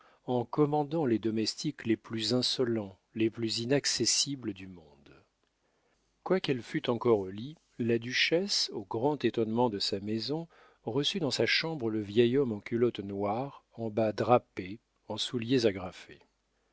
en commandant les domestiques les plus insolents les plus inaccessibles du monde quoiqu'elle fût encore au lit la duchesse au grand étonnement de sa maison reçut dans sa chambre le vieil homme en culottes noires en bas drapés en souliers agrafés